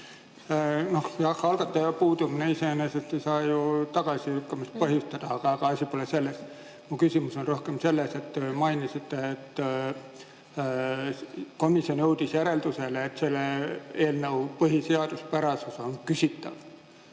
ettekandja! Algataja puudumine iseenesest ei saa ju tagasilükkamist põhjustada. Aga asi pole selles. Mu küsimus on rohkem selle kohta, mida te mainisite, et komisjon jõudis järeldusele, et selle eelnõu põhiseaduspärasus on küsitav.